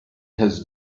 has